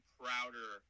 prouder